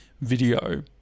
video